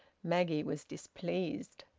maggie was displeased.